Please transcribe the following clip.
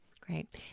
Great